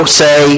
say